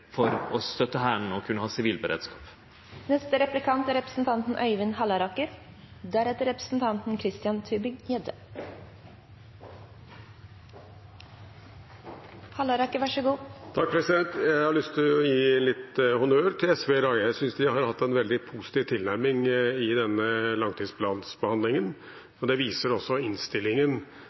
for å støtte Hæren og som sivil beredskap. Jeg har lyst til å gi SV honnør i dag. Jeg synes de har hatt en veldig positiv tilnærming i denne behandlingen av langtidsplanen. Det viser også innstillingen.